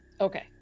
okay